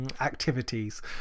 activities